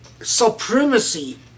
supremacy